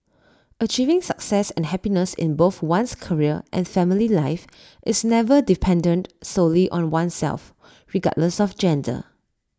achieving success and happiness in both one's career and family life is never dependent solely on oneself regardless of gender